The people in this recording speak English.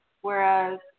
whereas